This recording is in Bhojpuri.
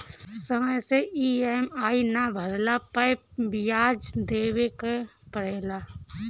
समय से इ.एम.आई ना भरला पअ बियाज देवे के पड़ेला